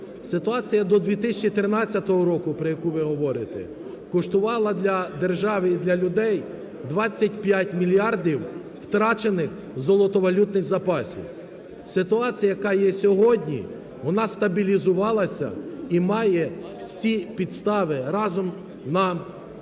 Ситуація до 2013 року, про яку ви говорите, коштувала для держави і для людей 25 мільярдів втрачених золотовалютних запасів. Ситуація, яка є сьогодні, вона стабілізувалася і має всі підстави разом нам сформувати